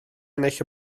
ennill